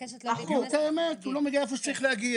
הוא לא מגיע לאיפה שהוא צריך להגיע.